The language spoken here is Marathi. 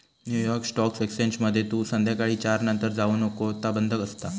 न्यू यॉर्क स्टॉक एक्सचेंजमध्ये तू संध्याकाळी चार नंतर जाऊ नको ता बंद असता